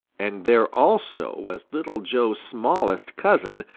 and there also was little joe's smallest cousin,